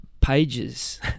pages